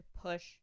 push